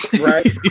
right